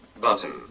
button